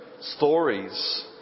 stories